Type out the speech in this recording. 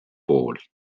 poolt